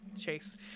Chase